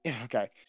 Okay